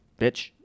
Bitch